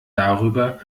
darüber